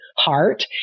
heart